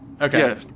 Okay